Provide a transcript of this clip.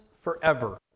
forever